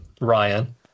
Ryan